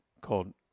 called